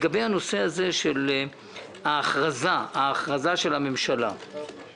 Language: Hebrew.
לגבי ההכרזה של הממשלה על אסון טבע